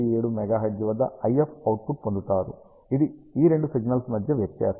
7 MHz వద్ద IF output పొందుతారు ఇది ఈ రెండు సిగ్నల్స్ మధ్య వ్యత్యాసం